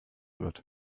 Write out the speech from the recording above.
wird